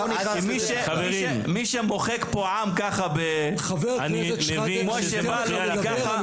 מי שמוחק פה עם ככה ב --- אני מבין שזה מפריע לכם,